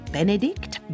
Benedict